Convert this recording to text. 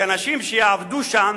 שאנשים שיעבדו שם